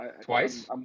Twice